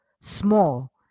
small